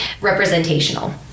representational